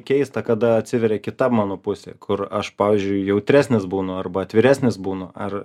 keista kada atsiveria kita mano pusė kur aš pavyzdžiui jautresnis būnu arba atviresnis būnu ar